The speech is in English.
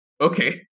okay